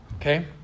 Okay